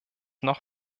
noch